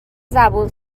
زبون